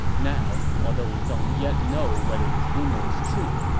now, although we don't yet know whether this rumor is true,